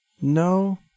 No